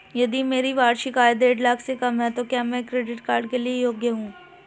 यदि मेरी वार्षिक आय देढ़ लाख से कम है तो क्या मैं क्रेडिट कार्ड के लिए योग्य हूँ?